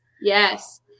Yes